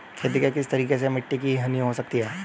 खेती के किस तरीके से मिट्टी की हानि हो सकती है?